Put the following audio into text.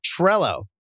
Trello